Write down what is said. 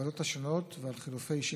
בוועדות השונות, ועל חילופי אישים,